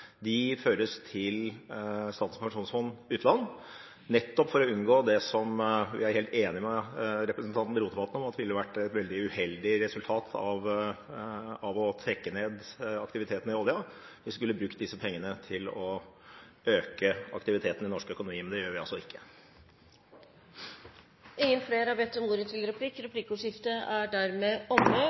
De føres til Statens pensjonsfond utland, nettopp for å unngå det som vi er helt enig med representanten Rotevatn i at ville vært et veldig uheldig resultat av å trekke ned aktiviteten i oljen. Det ville gitt det resultatet Rotevatn sier hvis vi hadde brukt disse pengene til å øke aktiviteten i norsk økonomi, men det gjør vi altså ikke. Replikkordskiftet er omme.